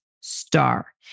Star